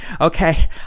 okay